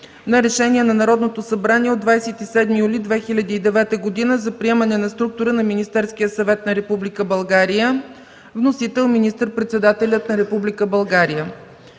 на Решение на Народното събрание от 27 юли 2009 г. за приемане на структура на Министерския съвет на Република България. Вносител – министър-председателят на Република България.